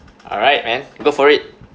alright man go for it